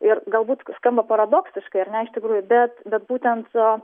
ir galbūt skamba paradoksiškai ar ne iš tikrųjų bet bet būtent